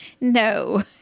No